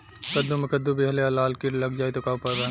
कद्दू मे कद्दू विहल या लाल कीट लग जाइ त का उपाय बा?